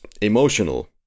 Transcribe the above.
emotional